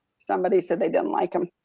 somebody said they don't like them.